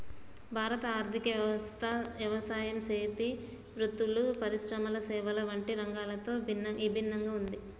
భారత ఆర్థిక వ్యవస్థ యవసాయం సేతి వృత్తులు, పరిశ్రమల సేవల వంటి రంగాలతో ఇభిన్నంగా ఉంది